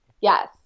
Yes